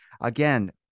again